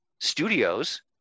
studios